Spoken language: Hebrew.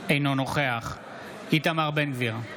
אינו נוכח איתמר בן גביר,